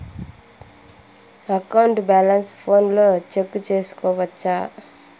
account balance ఫోనులో check సేసుకోవచ్చా